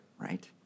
right